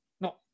No